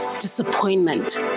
disappointment